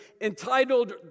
entitled